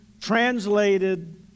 translated